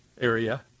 area